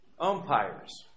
Umpires